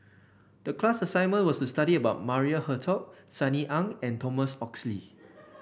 the class assignment was to study about Maria Hertogh Sunny Ang and Thomas Oxley